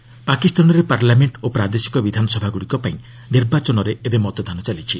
Pak polls ପାକିସ୍ତାନରେ parliament ଓ ପ୍ରାଦେଶିକ ବିଧାନସଭାଗୁଡ଼ିକପାଇଁ ନିର୍ବାଚନରେ ମତଦାନ ଚାଲିଛି